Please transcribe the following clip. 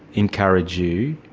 encourage you,